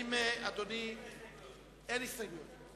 אני מוריד את ההסתייגויות.